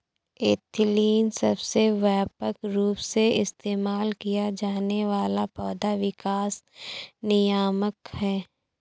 ethylene सबसे व्यापक रूप से इस्तेमाल किया जाने वाला पौधा विकास नियामक है